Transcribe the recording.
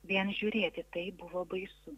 vien žiūrėti tai buvo baisu